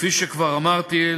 כפי שכבר אמרתי,